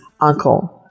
uncle